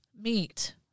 meat